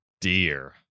dear